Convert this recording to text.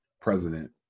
president